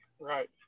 Right